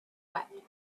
wept